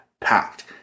packed